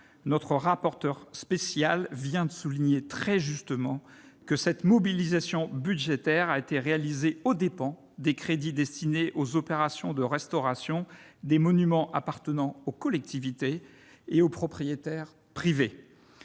Le rapporteur spécial vient de souligner, très justement, que cette mobilisation budgétaire a été réalisée aux dépens des crédits destinés aux opérations de restauration des monuments appartenant aux collectivités et aux propriétaires privés.